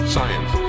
Science